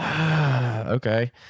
Okay